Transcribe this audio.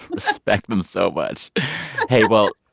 respect them so much hey, well,